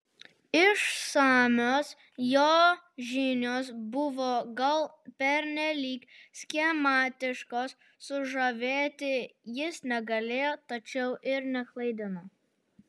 išsamios jo žinios buvo gal pernelyg schematiškos sužavėti jis negalėjo tačiau ir neklaidino